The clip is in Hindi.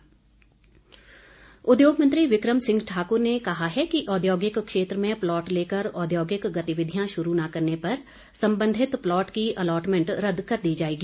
उद्योग मंत्री उद्योग मंत्री विक्रम सिंह ठाकूर ने कहा है कि औद्योगिक क्षेत्र में प्लॉट लेकर औद्योगिक गतिविधियां शुरू न करने पर संबंधित प्लॉट की अलॉटमेंट रद्द कर दी जाएगी